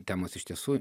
temos iš tiesų